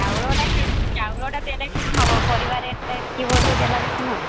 ଚାଉଳଟା କେତେ ଚାଉଳଟା ଦେଲେ କ'ଣ ହେବ ପରିବା ରେଟ୍ଟା ଏତିକି ବଢାଇ ଦେଲା ଦେଖୁନ